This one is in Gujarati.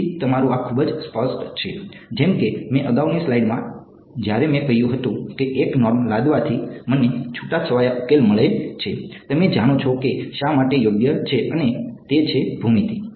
તેથી તમારું આ ખૂબ જ સ્પષ્ટ છે જેમ કે મેં અગાઉની સ્લાઇડમાં જ્યારે મેં કહ્યું હતું કે 1 નોર્મ લાદવાથી મને છૂટાછવાયા ઉકેલ મળે છે તમે જાણો છો કે તે શા માટે યોગ્ય છે અને તે છે ભૂમિતિ